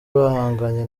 bahanganye